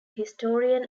historian